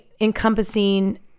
encompassing